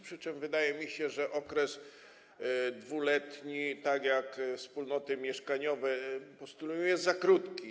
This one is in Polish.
Przy czym wydaje mi się, że okres 2-letni, tak jak wspólnoty mieszkaniowe postulują, jest za krótki.